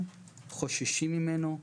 כלומר,